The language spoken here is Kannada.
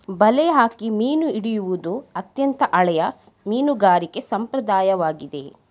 ಬಲೆ ಹಾಕಿ ಮೀನು ಹಿಡಿಯುವುದು ಅತ್ಯಂತ ಹಳೆಯ ಮೀನುಗಾರಿಕೆ ಸಂಪ್ರದಾಯವಾಗಿದೆ